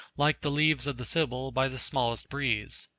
like the leaves of the sibyl, by the smallest breeze.